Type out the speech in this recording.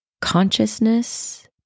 Consciousness